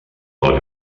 del